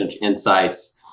insights